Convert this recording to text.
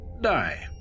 die